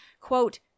Quote